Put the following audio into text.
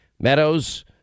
Meadows